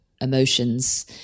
emotions